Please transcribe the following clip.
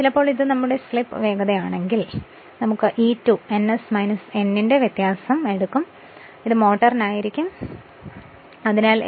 ചിലപ്പോൾ ഇത് നമ്മുടെ സ്ലിപ്പ് വേഗത ആണെങ്കിൽ അത് സംഖ്യാശാസ്ത്രമാണെങ്കിൽ നമുക്ക് E2 ns n ന്റെ വ്യത്യാസം എടുക്കും ഇത് മോട്ടോറിന് ആയിരിക്കും അത് എല്ലായ്പ്പോഴും സംശയാതീതമായിരിക്കും